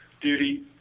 duty